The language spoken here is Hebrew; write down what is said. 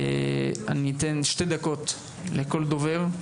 אתן שתי דקות לכל דובר,